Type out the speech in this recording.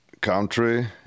country